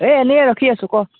এই এনেই ৰখি আছোঁ ক